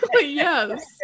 Yes